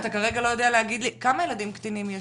אתה כרגע לא יודע לבוא ולהגיד לי כמה ילדים יש לאסירים.